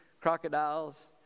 crocodiles